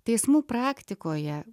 teismų praktikoje